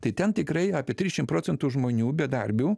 tai ten tikrai apie trisdešim procent žmonių bedarbių